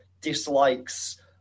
dislikes